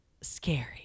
Scary